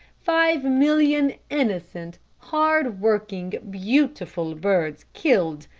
five million innocent, hardworking, beautiful birds killed,